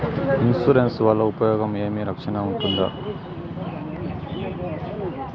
Insurance వల్ల ఉపయోగం ఏమి? రక్షణ ఉంటుందా?